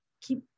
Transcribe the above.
keep